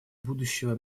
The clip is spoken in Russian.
будущего